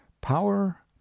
power